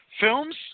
films